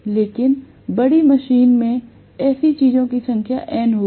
लेकिन बड़ी मशीन में ऐसी चीजों की संख्या n होगी